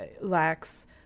lacks